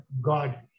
God